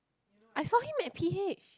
I saw him at P_H